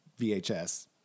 VHS